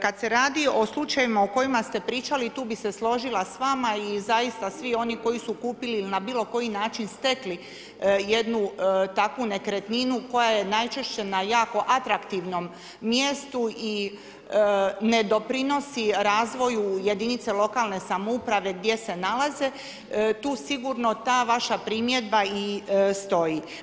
Kada se radi o slučajevima o kojima ste pričali tu bih se složila s vama i zaista svi oni koji su kupili ili na bilo koji način stekli jednu takvu nekretninu koja je najčešće na jako atraktivnom mjestu i ne doprinosi razvoju jedinica lokalne samouprave gdje se nalaze, tu sigurno ta vaša primjedba i stoji.